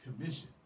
commission